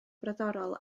brodorol